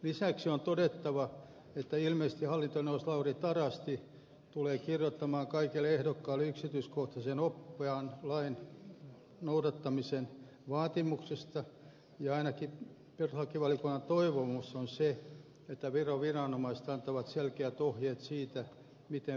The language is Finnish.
lisäksi on todettava että ilmeisesti hallintoneuvos lauri tarasti tulee kirjoittamaan kaikille ehdokkaille yksityiskohtaisen oppaan lain noudattamisen vaatimuksista ja ainakin perustuslakivaliokunnan toivomus on se että veroviranomaiset antavat selkeät ohjeet siitä miten verolainsäädäntöä sovelletaan